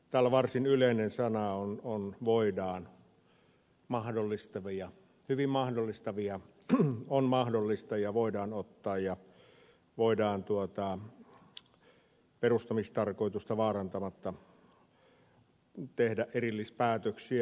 täällä varsin yleisiä sanoja ovat voidaan hyvin mahdollistavia on mahdollista ja voidaan ottaa ja voidaan perustamistarkoitusta vaarantamatta tehdä erillispäätöksiä